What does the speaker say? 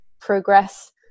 progress